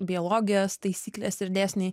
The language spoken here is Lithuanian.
biologijos taisyklės ir dėsniai